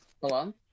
Hello